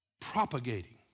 propagating